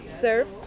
serve